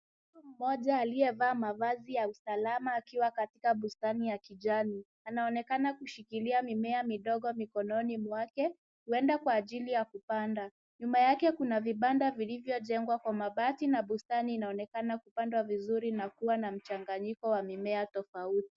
Mtu mmoja aliyevaa mavazi ya usalama akiwa katika bustani ya kijani, anaonekana akishikilia mimea midogo mikononi mwake huenda kwa ajili ya kupanda. Nyuma yake kuna vibanda vilivyojengwa kwa mabati na bustani inaonekana kupandwa vizuri na kuwa na mchanganyiko wa mimea tofauti.